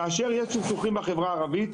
כאשר יש סכסוכים פנימיים בחברה הערבית,